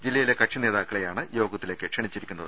ജില്ലയിലെ കക്ഷി നേതാക്കളെ യാണ് യോഗത്തിലേക്ക് ക്ഷണിച്ചിരിക്കുന്നത്